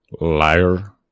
liar